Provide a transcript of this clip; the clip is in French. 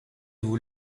vous